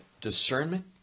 discernment